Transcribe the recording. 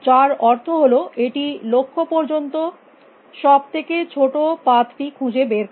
যার অর্থ হল এটি লক্ষ্য পর্যন্ত সব থেকে ছোটো পাথটি খুঁজে বার করে